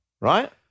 right